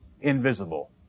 invisible